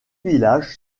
village